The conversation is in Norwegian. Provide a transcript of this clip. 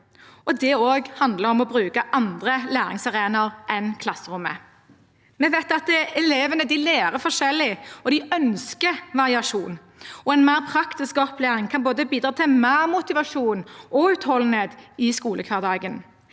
Det handler også om å bruke andre læringsarenaer enn klasserommet. Vi vet at elevene lærer forskjellig, og de ønsker variasjon. En mer praktisk opplæring kan bidra til mer motivasjon og utholdenhet i skolehverdagen,